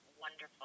wonderful